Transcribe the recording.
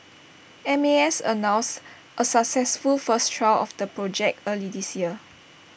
M A S announced A successful first trial of the project early this year